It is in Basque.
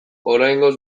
oraingoz